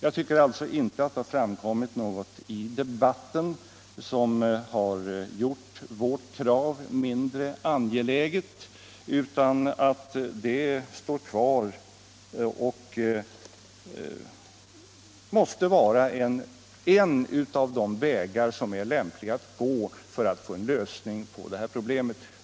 Jag tycker alltså att det inte har framkommit någonting i debatten som har gjort vårt krav mindre angeläget, utan det framstår som en av de vägar som är möjliga att gå för att få en lösning av problemet.